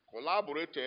collaborated